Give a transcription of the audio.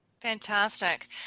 Fantastic